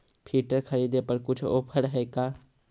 Filter खरिदे पर कुछ औफर है का?